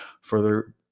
further